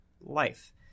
life